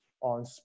on